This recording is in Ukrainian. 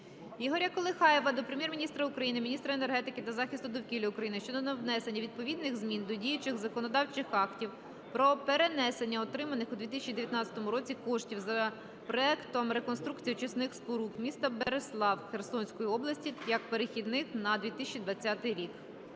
Ігоря Колихаєва до Прем'єр-міністра України, міністра енергетики та захисту довкілля України щодо внесення відповідних змін до діючих законодавчих актів про перенесення отриманих у 2019 році коштів за проєктом "Реконструкція очисних споруд м. Берислав Херсонської області" як перехідних на 2020 рік.